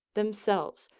themselves,